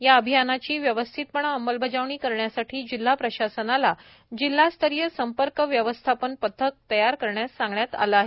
या अभियानाची व्यवस्थितपणे अंमलबजावणी करण्यासाठी जिल्हा प्रशासनाला जिल्हा स्तरीय संपर्क व्यवस्थापन पथक तयार करण्यास सांगण्यात आले आहे